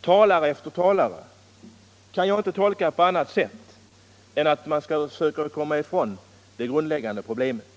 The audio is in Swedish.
talare efter talare här har upprepat kan jag inte tolka på annat sätt än att man skall försöka komma ifrån det grundläggande problemet.